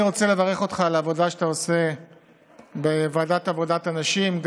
אני רוצה לברך אותך על העבודה שאתה עושה בוועדת עבודת הנשים,